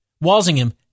Walsingham